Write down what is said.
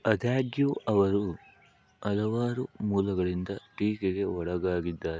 ಆದಾಗಿಯೂ ಅವರು ಹಲವಾರು ಮೂಲಗಳಿಂದ ಠೀಕೆಗೆ ಒಳಗಾಗಿದ್ದಾರೆ